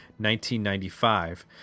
1995